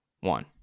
one